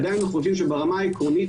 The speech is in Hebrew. עדיין אנחנו חושבים שברמה העקרונית,